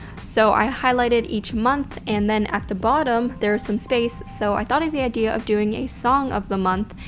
so i highlighted each month and then at the bottom, there is some space so i thought of the idea of doing a song of the month.